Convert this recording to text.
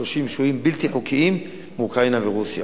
1,530 שוהים בלתי חוקיים מאוקראינה ורוסיה,